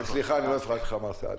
סליחה, אני לא הפרעתי לך, מר סעדי.